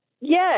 yes